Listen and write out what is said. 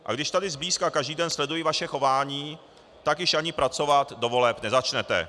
A když tady zblízka každý den sleduji vaše chování, tak již ani pracovat do voleb nezačnete.